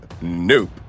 nope